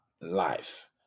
life